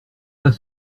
pas